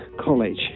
college